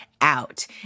out